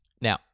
Now